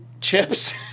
chips